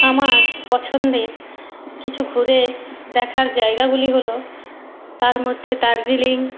আমার পছন্দের কিছু ঘুরে দেখার জায়গাগুলি হল তার মধ্যে দার্জিলিং